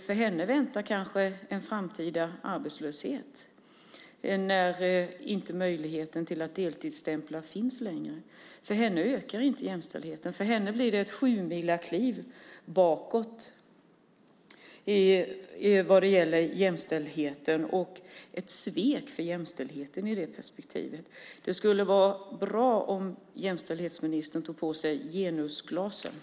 För henne väntar kanske en framtida arbetslöshet när möjligheten att deltidsstämpla inte längre finns. För henne ökar inte jämställdheten. För henne blir det ett sjumilakliv bakåt vad gäller jämställdheten och ett svek för jämställdheten i det perspektivet. Det skulle vara bra om jämställdhetsministern tog på sig genusglasögonen.